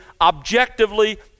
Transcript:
objectively